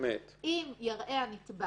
אם יראה הנתבע